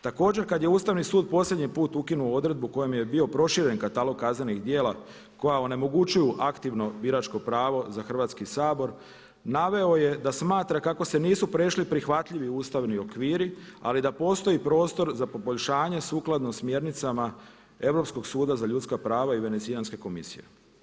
Također kad je Ustavni sud posljednji put ukinuo odredbu kojim je bio proširen katalog kaznenih djela koja onemogućuju aktivno biračko pravo za Hrvatski sabor naveo je da smatra kako se nisu prešli prihvatljivi ustavni okviri, ali da postoji prostor za poboljšanje sukladno smjernicama Europskog suda za ljudska prava i Venecijanske komisije.